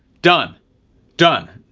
done done,